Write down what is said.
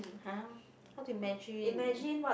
!huh! how to imagine